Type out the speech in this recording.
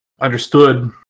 understood